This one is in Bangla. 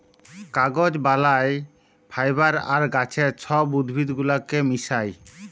কাগজ বালায় ফাইবার আর গাহাচের ছব উদ্ভিদ গুলাকে মিশাঁয়